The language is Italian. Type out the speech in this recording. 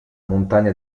montagna